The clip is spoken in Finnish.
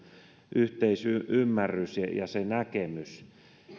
yhteisymmärrys ja se näkemys